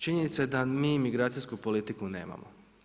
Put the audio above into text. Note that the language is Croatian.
Činjenica je da m i imigracijsku politiku nemamo.